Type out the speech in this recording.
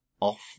off